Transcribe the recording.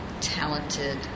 talented